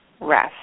rest